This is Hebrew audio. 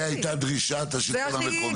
זו הייתה דרישת השלטון המקומי.